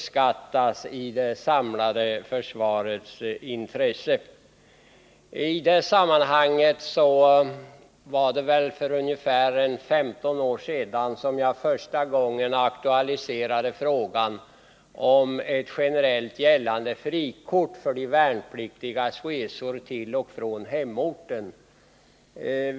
I det samlade försvarets intresse kan dessa insatsers värde inte nog uppskattas. För ungefär 15 år sedan aktualiserades för första gången frågan om ett generellt gällande frikort för de värnpliktigas resor till och från hemorten.